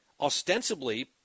ostensibly